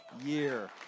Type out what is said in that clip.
year